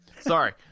Sorry